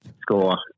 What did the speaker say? score